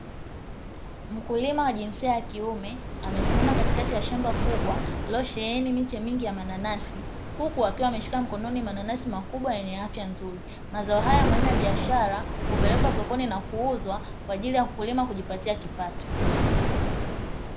Mkulima wa jinsia ya kiume amesimama katika shamba kubwa lililosheheni miche mingi ya mananasi, huku akiwa ameshika mkononi mananasi makubwa yenye afya nzuri, mazao haya ya mimea ya biashara hupelekwa sokoni na kisha kuuzwa kwa ajili ya wakulima kujipatia kipato.